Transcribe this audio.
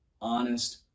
honest